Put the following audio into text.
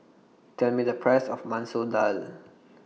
Tell Me The Price of Masoor Dal